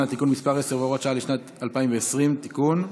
(תיקון מס' 10 והוראת שעה לשנת 2020) (תיקון).